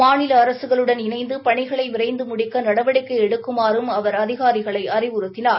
மாநில அரசுகளுடன் இணைந்து பணிகளை விரைந்து முடிக்க நடவடிக்கை எடுக்குமாறும் அவர் அதிகாரிகளை அறிவுறுக்கினார்